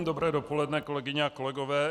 Dobré dopoledne, kolegyně a kolegové.